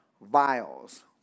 vials